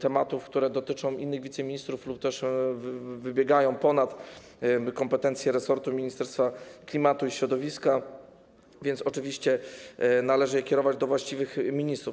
tematów, które dotyczą innych wiceministrów lub też wybiegają poza kompetencje resortu, Ministerstwa Klimatu i Środowiska, więc oczywiście należy je kierować do właściwych ministrów.